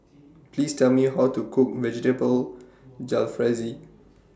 Please Tell Me How to Cook Vegetable Jalfrezi